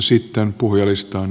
sitten puhujalistaan